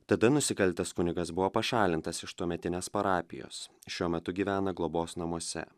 tada nusikaltęs kunigas buvo pašalintas iš tuometinės parapijos šiuo metu gyvena globos namuose